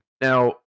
Now